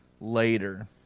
later